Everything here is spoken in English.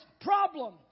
problem